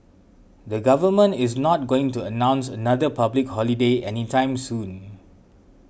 the government is not going to announce another public holiday anytime soon